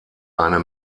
eine